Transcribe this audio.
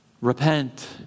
Repent